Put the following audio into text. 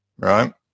right